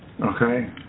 Okay